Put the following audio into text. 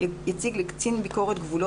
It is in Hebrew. האם כן או לא יש לו חום,